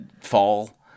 fall